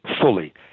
fully